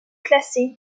classée